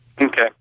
Okay